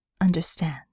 understand